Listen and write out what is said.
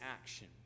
action